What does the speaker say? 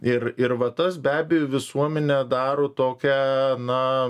ir ir va tas be abejo visuomenę daro tokią na